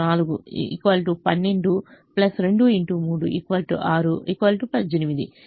12 6 18